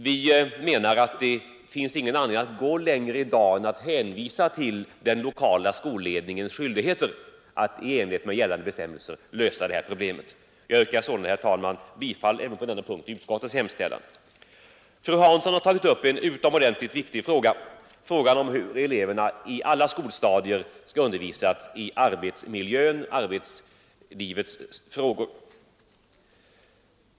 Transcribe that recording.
Vi menar att det i dag inte finns anledning att gå längre än att hänvisa till den lokala skolledningens skyldigheter i enlighet med gällande bestämmelser. Jag yrkar sålunda, herr talman, bifall till utskottets hemställan på denna punkt. Fru Hansson har tagit upp en utomordentligt viktig punkt: hur eleverna på alla skolstadier skall undervisas i arbetslivets frågor.